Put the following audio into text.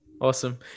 Awesome